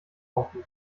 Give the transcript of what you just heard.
offen